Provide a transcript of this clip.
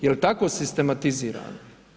Jel tako sistematizirano?